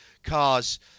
Cars